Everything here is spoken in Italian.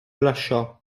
lasciò